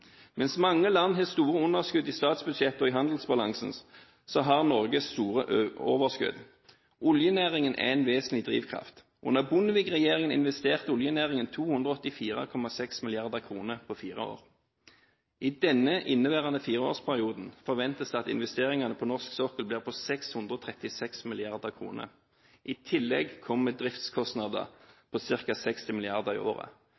Mens mange land har store underskudd i statsbudsjett og i handelsbalansen, har Norge store overskudd. Oljenæringen er en vesentlig drivkraft. Under Bondevik-regjeringen investerte oljenæringen 284,6 mrd. kr på fire år. I denne inneværende fireårsperioden forventes det at investeringene på norsk sokkel blir på 636 mrd. kr. I tillegg kommer driftskostnader på ca. 60 mrd. kr i året.